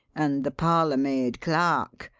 and the parlour maid, clark.